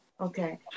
okay